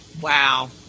Wow